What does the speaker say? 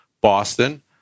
Boston